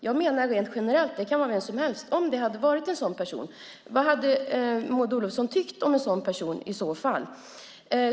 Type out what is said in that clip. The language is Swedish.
Jag menar det här rent generellt - det kunde vara vem som helst. Om det hade varit fråga om en sådan person, vad hade Maud Olofsson tyckt om den personen i så fall?